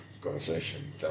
conversation